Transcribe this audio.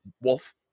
wolf